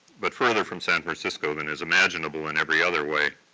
but further from san francisco than is imaginable in every other way.